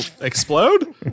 explode